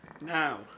Now